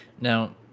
Now